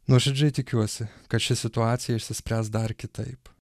nuoširdžiai tikiuosi kad ši situacija išsispręs dar kitaip